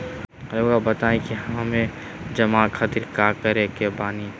रहुआ बताइं कि हमें जमा खातिर का करे के बानी?